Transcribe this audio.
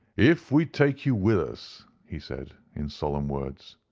if we take you with us, he said, in solemn words,